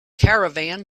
caravan